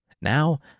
Now